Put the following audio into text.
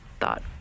thought